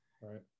Right